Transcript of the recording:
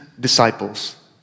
disciples